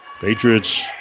Patriots